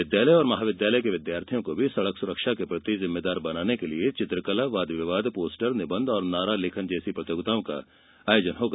विद्यालय और महाविद्यालय के विद्यार्थियों को सड़क सुरक्षा के प्रति जिम्मेदार बनाने के लिए चित्रकला वाद विवाद पोस्टर निबंध और नारा लेखन जैसी प्रतियोगिताओं का आयोजन होगा